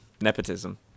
Nepotism